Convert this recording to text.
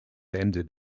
ended